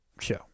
show